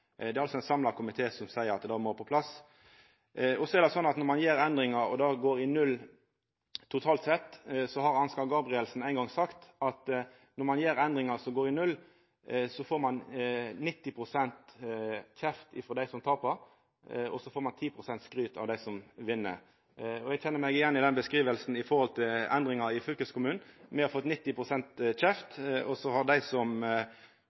Det er altså ein samla komité som seier at det må på plass. Ansgar Gabrielsen har ein gong sagt at når ein gjer endringar som går i null, får ein 90 pst. kjeft frå dei som tapar, og så får ein 10 pst. skryt av dei som vinn. Eg kjenner meg igjen i den beskrivinga, med tanke på endringar i fylkeskommunen. Me har fått 90 pst. kjeft, og så har dei som